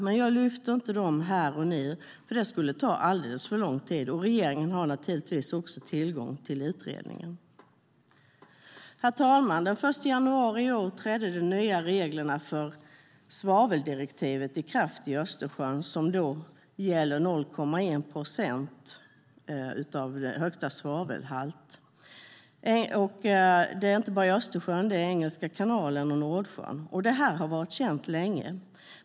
Men jag lyfter dem inte här och nu, för det skulle ta alldeles för lång tid, och regeringen har naturligtvis tillgång till utredningen. Herr talman! Den 1 januari i år trädde de nya reglerna för svaveldirektivet i kraft för Östersjön. Det handlar om 0,1 procent som högsta svavelhalt. Det gäller inte bara Östersjön utan också Engelska kanalen och Nordsjön. Detta har varit känt länge.